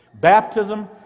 baptism